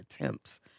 attempts